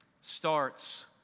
Starts